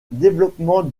développement